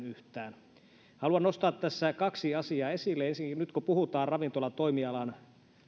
yhtään eteenpäin haluan nostaa tässä kaksi asiaa esille ensinnäkin nyt kun puhutaan ravintolatoimialan